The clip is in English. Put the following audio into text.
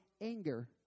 anger